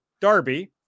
Darby